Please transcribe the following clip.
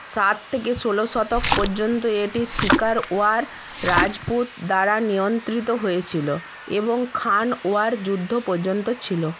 সাত থেকে ষোলো শতক পর্যন্ত এটি শিকারওয়ার রাজপুত দ্বারা নিয়ন্ত্রিত হয়েছিল এবং খানুয়ার যুদ্ধ পর্যন্ত ছিল